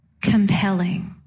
compelling